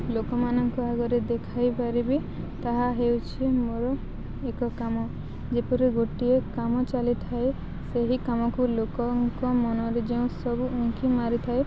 ଲୋକମାନଙ୍କ ଆଗରେ ଦେଖାଇ ପାରିବି ତାହା ହେଉଛି ମୋର ଏକ କାମ ଯେପରି ଗୋଟିଏ କାମ ଚାଲି ଥାଏ ସେହି କାମକୁ ଲୋକଙ୍କ ମନରେ ଯେଉଁ ସବୁ ଉଙ୍କି ମାରିଥାଏ